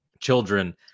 children